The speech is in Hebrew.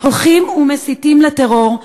הולכים ומסיתים לטרור,